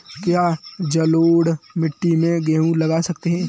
क्या जलोढ़ मिट्टी में गेहूँ लगा सकते हैं?